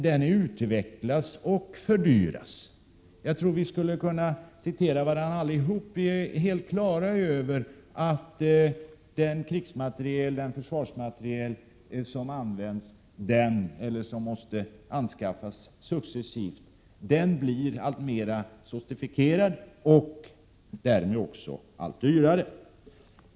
Jag tror att vi allihop skulle kunna citera varandra, eftersom vi alla är helt på det klara med att den försvarsmateriel som används och som successivt måste anskaffas blir alltmer sofistikerad och därmed också allt dyrare.